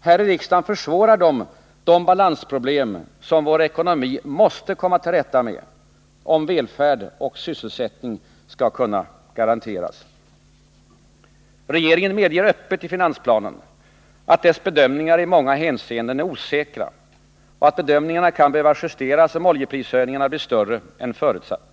Här i riksdagen försvårar de de balansproblem som vår ekonomi måste komma till rätta med, om välfärd och sysselsättning skall kunna garanteras. Regeringen medger öppet i finansplanen att dess bedömningar i många hänseenden är osäkra och att bedömningarna kan behöva justeras om oljeprishöjningarna blir större än förutsatt.